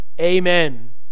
Amen